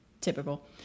typical